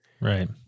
Right